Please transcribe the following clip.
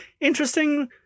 Interesting